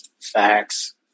Facts